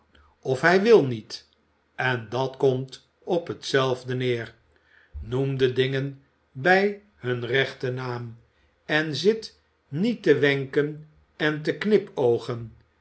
of hij wil niet en dat komt op t zelfde neer noem de dingen bij hun rechten naam en zit niet te wenken en te knipoogen